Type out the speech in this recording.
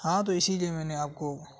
ہاں تو اسی لیے میں نے آپ کو